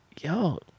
yo